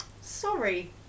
sorry